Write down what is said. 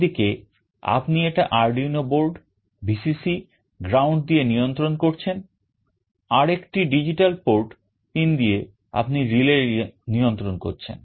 একদিকে আপনি এটা Arduino board Vcc ground দিয়ে নিয়ন্ত্রণ করছেন আর একটি digital port pin দিয়ে আপনি relay নিয়ন্ত্রণ করছেন